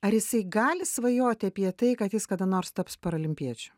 ar jisai gali svajoti apie tai kad jis kada nors taps parolimpiečiu